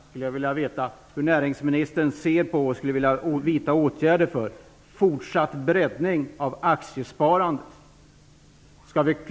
För det andra: Hur ser näringsministern på och vilka åtgärder är han villig att vidta för fortsatt breddning av aktiesparandet?